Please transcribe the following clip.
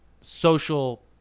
social